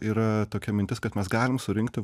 yra tokia mintis kad mes galim surinkti